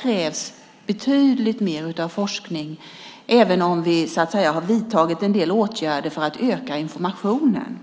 krävs det, som sagt, betydligt mer forskning även om vi har vidtagit en del åtgärder för att öka informationen.